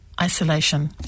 isolation